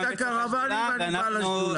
תביא את הקרוואנים, אני בא לשדולה.